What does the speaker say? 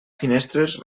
finestres